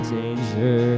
danger